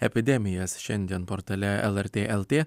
epidemijas šiandien portale lrt lt